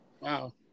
Wow